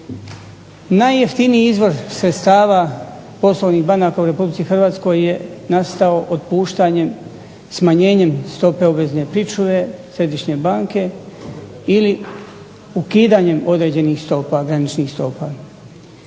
Najjeftiniji izvor sredstava poslovnih banaka u RH je nastao otpuštanjem, smanjenjem stope obvezne pričuve Središnje banke ili ukidanjem određenih stopa, graničnih stopa.